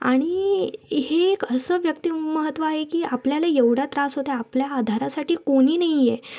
आणि हे एक असं व्यक्तिमत्व आहे की आपल्याला एवढा त्रास होता आपल्या आधारासाठी कोणी नाही आहे